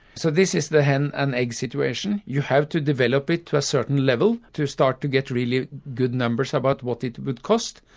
so this is the hen and egg situation. you have to develop it to a certain level to start to get really good numbers about what it would cost,